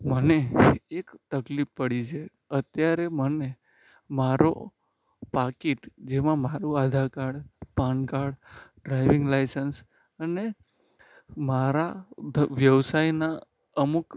મને એક તકલીફ પડી છે અત્યારે મને મારો પાકીટ જેમાં મારું Aadhaar card PAN card driving licence અને મારા વ્યવસાયના અમુક